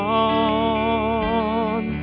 on